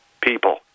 people